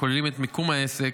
הכוללים את מיקום העסק,